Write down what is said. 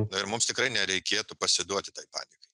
ir mums tikrai nereikėtų pasiduoti tai panikai